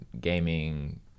gaming